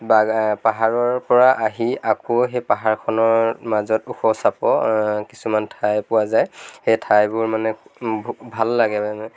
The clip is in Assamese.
বা পাহাৰৰ পৰা আহি আকৌ সেই পাহাৰখনৰ মাজত ওখ চাপৰ কিছুমান ঠাই পোৱা যায় সেই ঠাইবোৰ মানে ভাল লাগে মানে